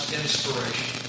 inspiration